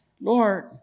Lord